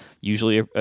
usually